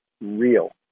real